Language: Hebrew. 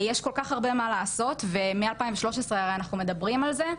יש כל כך הרבה מה לעשות ומ-2013 הרי אנחנו מדברים על זה,